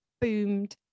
boomed